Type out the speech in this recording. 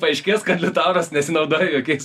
paaiškės kad liutauras nesinaudoja jokiais